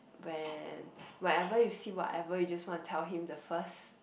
when whenever you see what ever you just want to tell him the first